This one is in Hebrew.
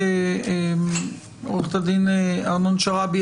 עו"ד בן נון,